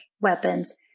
weapons